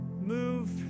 move